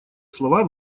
слова